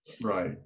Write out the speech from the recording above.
Right